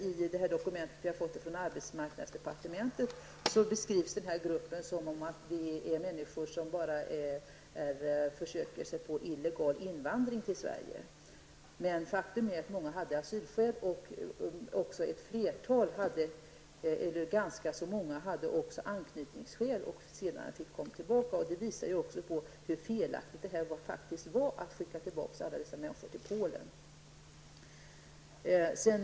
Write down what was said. I det dokument vi fått från arbetsmarknadsdepartementet om denna grupp är det beskrivet som att det enbart är fråga om människor som försöker sig på illegal invandring till Sverige. Faktum är att många av dessa personer hade asylskäl, och ganska många hade också anknytningsskäl och fick senare komma tillbaka till Sverige. Detta visar också på hur felaktigt det var att skicka tillbaka alla dessa människor till Polen.